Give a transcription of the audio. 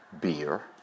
beer